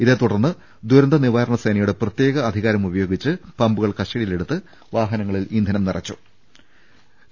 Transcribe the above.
ഇതേത്തുടർന്ന് ദുരന്ത നിവാരണ സേനയുടെ പ്രത്യേക അധികാരമുപയോഗിച്ച് പമ്പുകൾ കസ്റ്റഡിയിലെടുത്ത് വാഹനങ്ങളിൽ ഇന്ധനം നിറച്ച് മട ങ്ങി